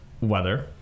weather